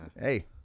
Hey